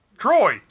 Troy